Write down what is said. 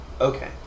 Okay